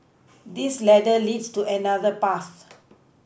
this ladder leads to another path